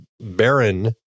baron